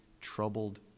troubled